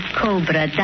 cobra